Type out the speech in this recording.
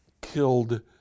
Killed